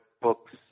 books